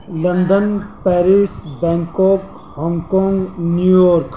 London Paris Bangkok Hong Kong New York